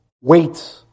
wait